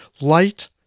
Light